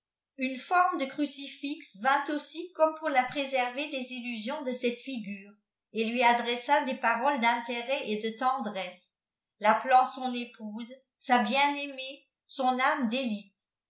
une ferme de crucifix vint aussi comme pour la préserver des illusions de cette figure et lui adressa des paroles d'intérêt et de tendresse rappelant son épouse sa bien aimé son àme d'élite